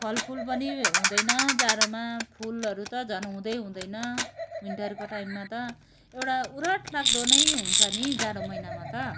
फलफुल पनि हुँदैन जाडोमा फुलहरू त झन् हुँदै हुँदैन विन्टरको टाइममा त एउटा उराठ लाग्दो नै हुन्छ नि जाडो महिनामा त